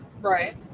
Right